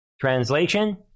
Translation